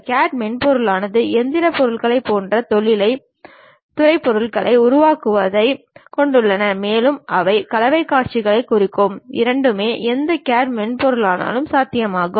CAT மென்பொருளானது இயந்திர பொருள்கள் போன்ற தொழில்துறை பொருட்களை உருவாக்குவதைக் கொண்டுள்ளது மேலும் அவை கலைக் காட்சிகளைக் குறிக்கும் இரண்டுமே எந்த CAT மென்பொருளாலும் சாத்தியமாகும்